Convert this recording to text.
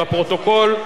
בפרוטוקול,